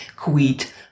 quit